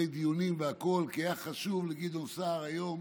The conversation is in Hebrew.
הדיונים והכול כי היה חשוב לגדעון סער היום